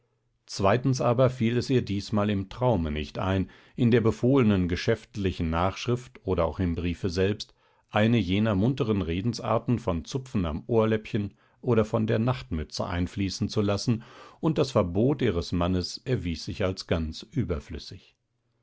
zweitens aber fiel es ihr diesmal im traume nicht ein in der befohlenen geschäftlichen nachschrift oder auch im briefe selbst eine jener munteren redensarten von zupfen am ohrläppchen oder von der nachtmütze einfließen zu lassen und das verbot ihres mannes erwies sich als ganz überflüssig